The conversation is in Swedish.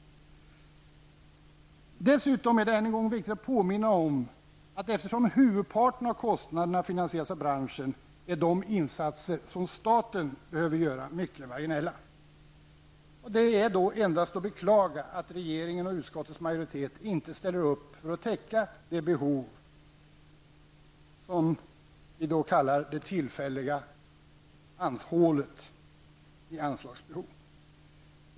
Dessutom är det viktigt att än en gång påminna om att eftersom huvudparten av kostnaderna finansieras av branschen, är de insatser som staten behöver göra mycket marginella. Det är endast att beklaga att regeringen och utskottets majoritet inte ställer upp för att täcka det, som vi hoppas, tillfälliga hålet i anslaget.